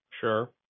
Sure